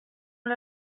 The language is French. l’a